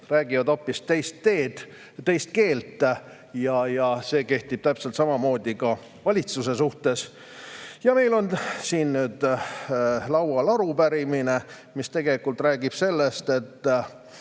räägivad hoopis teist keelt. Ja see kehtib täpselt samamoodi ka valitsuse puhul. Meil on siin laual arupärimine, mis tegelikult räägib sellest, et